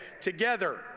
Together